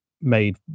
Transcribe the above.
made